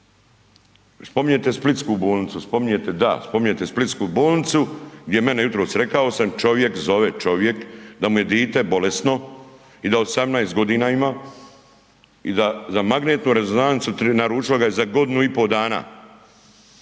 spominjete splitsku bolnicu, spominjete, da spominjete splitsku bolnicu gdje mene jutros, rekao sam, čovjek zove, čovjek da mu je dite bolesno i da 18.g. ima i da za magnetnu rezonancu naručilo ga je za godinu i po dana,